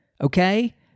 okay